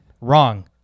Wrong